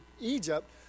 Egypt